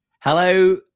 Hello